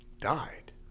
died